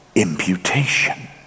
Imputation